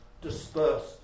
dispersed